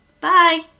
bye